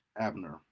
Abner